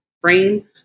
frame